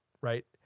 right